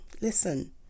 Listen